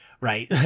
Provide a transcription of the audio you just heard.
right